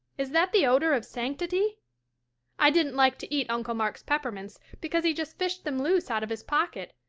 is that the odor of sanctity i didn't like to eat uncle mark's peppermints because he just fished them loose out of his pocket,